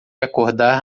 acordar